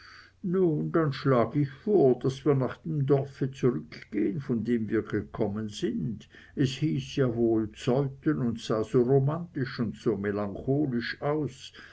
nun dann schlag ich vor daß wir nach dem dorfe zurück gehn von dem wir gekommen sind es hieß ja wohl zeuthen und sah so romantisch und so melancholisch aus